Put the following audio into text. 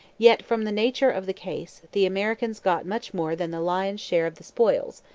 yet, from the nature of the case, the americans got much more than the lion's share of the spoils,